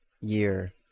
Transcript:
year